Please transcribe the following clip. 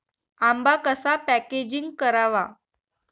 आंबा कसा पॅकेजिंग करावा?